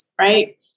Right